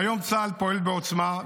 והיום צה"ל פועל בעוצמה,